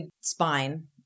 spine